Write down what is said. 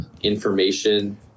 information